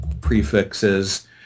prefixes